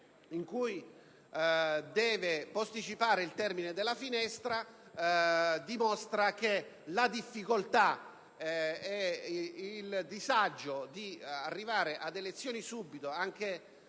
con cui intende posticipare il termine della finestra, dimostra che la difficoltà ed il disagio di arrivare ad elezioni subito, anche